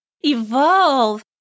evolve